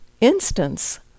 instance